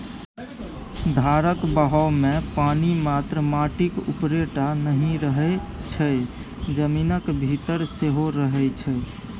धारक बहावमे पानि मात्र माटिक उपरे टा नहि रहय छै जमीनक भीतर सेहो रहय छै